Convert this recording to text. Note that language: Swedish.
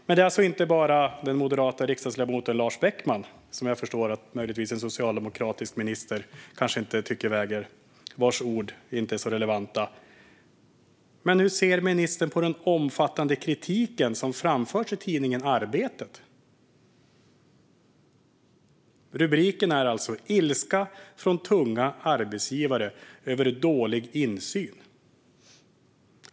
Kanske tycker en socialdemokratisk minister att den moderata ledamoten Lars Beckmans ord inte är så relevanta, men hur ser ministern på den omfattande kritiken som framförts i tidningen Arbetet? Rubriken är alltså "Ilska från tunga arbetsgivare över dålig insyn i nya las".